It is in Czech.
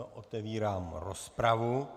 Otevírám rozpravu.